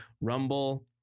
Rumble